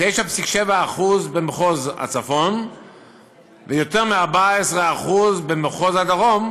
9.7% במחוז הצפון ויותר מ־14% במחוז הדרום,